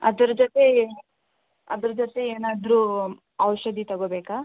ಅದರ ಜೊತೆ ಅದರ ಜೊತೆ ಏನಾದರೂ ಔಷಧಿ ತಗೊಬೇಕಾ